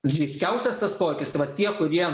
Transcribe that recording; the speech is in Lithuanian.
ryškiausias tas poveikis tai va tie kurie